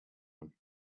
one